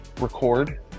record